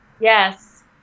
Yes